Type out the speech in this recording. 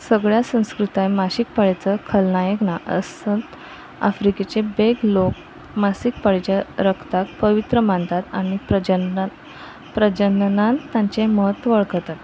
सगळ्या संस्कृताय मासीक पाळयेचो खलनायक ना आसता आफ्रिकेचे ब्लॅक लोक मासीक पाळयेच्या रग्ताक पवित्र मानतात आनी प्रजनांत प्रजननांत ताचें म्हत्व वळखतात